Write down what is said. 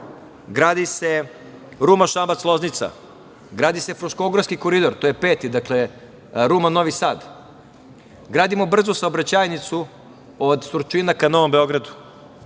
gradi se Ruma – Šabac – Loznica, gradi se Fruškogorski koridor, to je peti, Ruma – Novi Sad, gradimo brzu saobraćajnicu od Surčina ka Novom Beogradu,